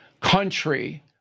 country